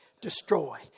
destroy